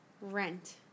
Rent